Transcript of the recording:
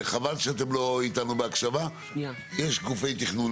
יש גופי תכנון וחבל שאתם לא בהקשבה איתנו.